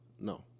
No